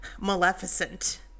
maleficent